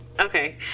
Okay